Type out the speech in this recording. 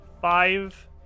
five